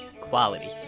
quality